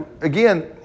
again